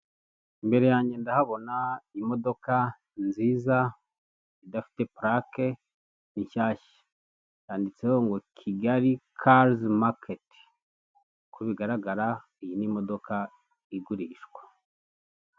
Imbere yange ndahabona imodoka nziza idafite purake nshyashya, yanditseho ngo Kigali karizi maketi uko bigaragara iyi ni imodoka igurishwa.